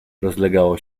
rozlegało